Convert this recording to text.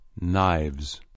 Knives